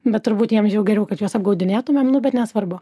bet turbūt jiem jau geriau kad juos apgaudinėtumėm nu bet nesvarbu